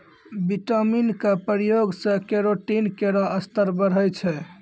vitamin क प्रयोग सें केरोटीन केरो स्तर बढ़ै छै